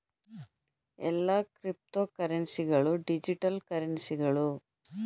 ಎಲ್ಲಾ ಕ್ರಿಪ್ತೋಕರೆನ್ಸಿ ಗಳು ಡಿಜಿಟಲ್ ಕರೆನ್ಸಿಗಳು